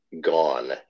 gone